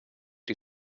die